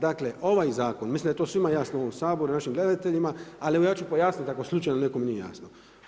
Dakle ovaj zakon, mislim da je to svima jasno u ovom Saboru i našim gledateljima, ali evo ja ću pojasniti ako slučajno nekom nije jasno.